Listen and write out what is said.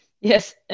yes